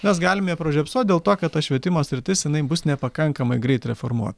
mes galim ją pražiopsot dėl to kad ta švietimo sritis jinai bus nepakankamai greit reformuo